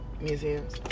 museums